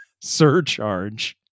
surcharge